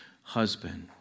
husband